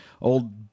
old